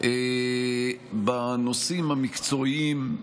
בנושאים המקצועיים,